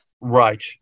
Right